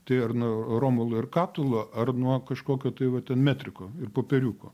tai ar nuo romulo ir katulo ar nuo kažkokio tai va ten metriko ir popieriuko